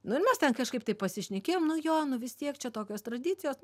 nu ir mes ten kažkaip taip pasišnekėjom nu jo nu vis tiek čia tokios tradicijos